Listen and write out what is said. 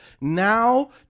now